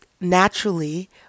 naturally